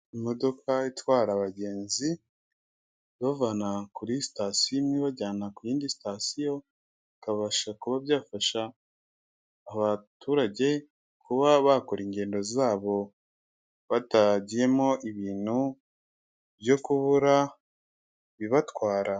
Imodoka itwara abagenzi, ibavana kuri sitasiyo imwe, ibajyana ku yindi sitasiyo, bikabasha kuba byafasha abaturage kuba bakora ingendo zabo, batagiyemo ibintu byo kubura ibibatwara.